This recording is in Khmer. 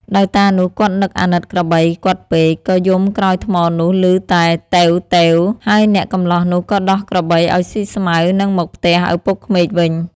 ដោយតានោះគាត់នឹកអាណិតក្របីគាត់ពេក ក៏យំក្រោយថ្មនោះឮតែតេវៗ ហើយអ្នកកម្លោះនោះក៏ដោះក្របីឱ្យស៊ីស្មៅនិងមកផ្ទះឪពុកក្មេកវិញ។